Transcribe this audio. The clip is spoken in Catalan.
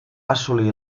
assolir